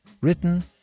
written